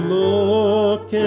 look